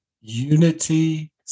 unity